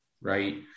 right